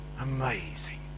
amazing